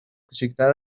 کوچیکتر